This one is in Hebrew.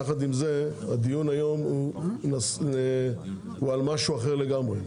יחד עם זה, הדיון היום הוא על משהו אחר לגמרי.